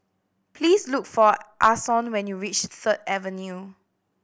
please look for Ason when you reach Third Avenue